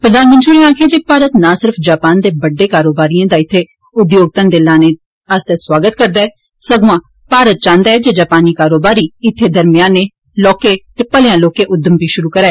प्रधानमंत्री होरें आक्खेआ जे भारत ना सिर्फ जापान दे बड्डे कारोबारियें दा इत्थें उद्योग घंघे लाने च स्वागत करदा ऐ सगुआं भारत चाहिदा ऐ जे जापानी कारोबारी इत्थें दरमयानें लौहके ते भलेया लौहकें उद्यम बी शुरु करा